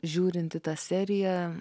žiūrint į tą seriją